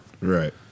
Right